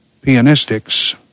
pianistics